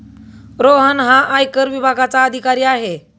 रोहन हा आयकर विभागाचा अधिकारी आहे